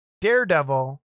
daredevil